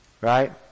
right